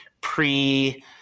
pre